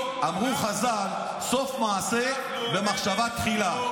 אמרו חז"ל: סוף מעשה במחשבה תחילה.